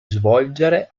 svolgere